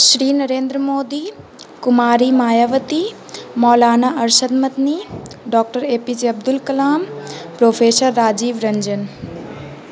Shri Narendra Modi Kumari Mayawati Maulana Arshad Madani doctor A P J Abdul Kalam professor Rajiv Ranjan